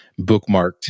bookmarked